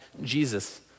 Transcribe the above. Jesus